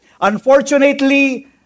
Unfortunately